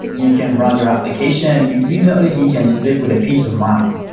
you can run your application. you you know but you can sleep with a peace of mind.